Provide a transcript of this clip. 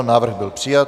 Návrh byl přijat.